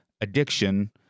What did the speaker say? addiction